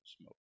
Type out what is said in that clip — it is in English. smoke